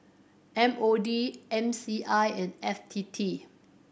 M O D M C I and F T T